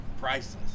priceless